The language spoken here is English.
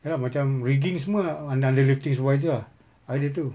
ya lah macam rigging semua unde~ under lifting supervisor ah ah dia tu